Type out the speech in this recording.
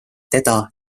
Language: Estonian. teda